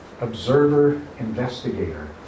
observer-investigator